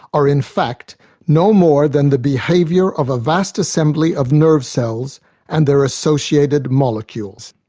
are in fact no more than the behaviour of a vast assembly of nerve cells and their associated molecules.